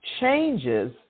changes